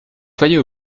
soyez